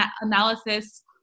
analysis